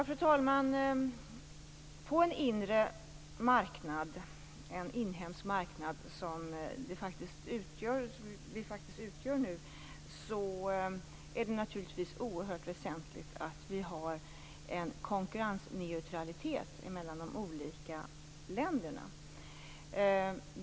Fru talman! På en inre marknad, en inhemsk marknad, som vi faktiskt utgör nu är det naturligtvis oerhört väsentligt att det finns en konkurrensneutralitet mellan de olika länderna.